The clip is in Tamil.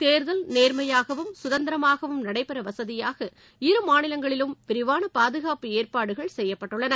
தேர்தல் நேர்மையாகவும் சுதந்திரமாகவும் நடைபெற வசதியாக இருமாநிலங்களிலும் விரிவான பாதுகாப்பு ஏற்பாடுகள் செய்யப்பட்டுள்ளன